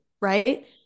right